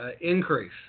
increase